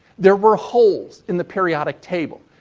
there were holes in the periodic table.